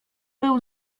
był